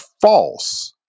false